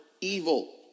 evil